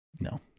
No